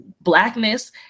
blackness